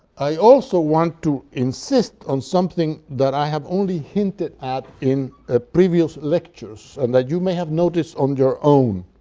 i also want to insist on something that i have only hinted at in ah previous lectures, and that you may have noticed on your own